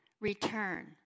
return